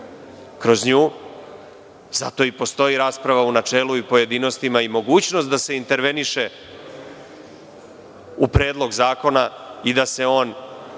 kroz nju i zato i postoji rasprava u načelu i u pojedinostima i mogućnost da se interveniše u predlog zakona i da se on